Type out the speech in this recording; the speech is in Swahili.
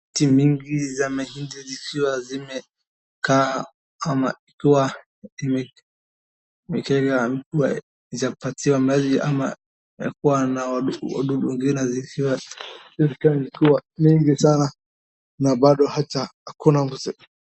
Miti mingi za mahindi zikiwa zimekaa kama zikiwa ni kama hazijapatiwa maji ama zimekuwa na wadudu wengine zikiwa mingi sana na bado hata hakuna mazao.